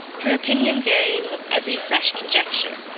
her opinion varying with every fresh conjecture,